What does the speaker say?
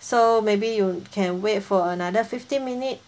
so maybe you can wait for another fifteen minute